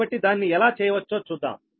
కాబట్టి దాన్ని ఎలా చేయవచ్చో చూద్దాం